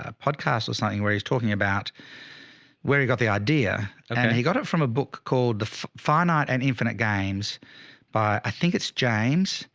ah podcast or something where he's talking about where he got the idea and i mean he got it from a book called the finite and infinite games by, i think it's jane's,